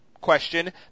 question